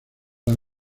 las